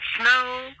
Snow